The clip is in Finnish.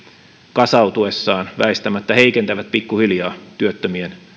kasautuessaan väistämättä heikentävät pikkuhiljaa työttömien